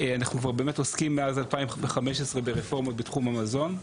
אנחנו כבר באמת עוסקים מאז 2015 ברפורמות בתחום המזון.